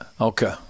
Okay